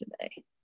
today